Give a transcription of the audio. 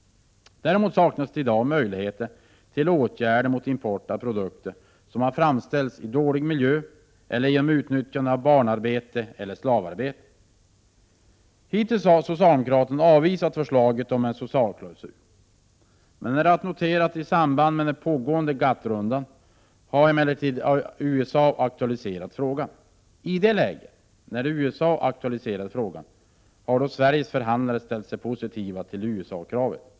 Däremot saknas det i dag möjligheter till åtgärder mot import av produkter som har framställts i dålig miljö eller genom utnyttjande av barnarbete eller slavarbete. Hittills har socialdemokraterna avvisat förslaget om en socialklausul. I samband med den nu pågående GATT-rundan har emellertid USA aktualiserat frågan. I det läget har då Sveriges förhandlare ställt sig positiva till USA-kravet.